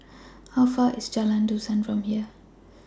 How Far away IS Jalan Dusan from here